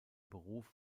beruf